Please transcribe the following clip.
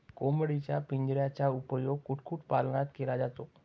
कोंबडीच्या पिंजऱ्याचा उपयोग कुक्कुटपालनात केला जातो